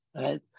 Right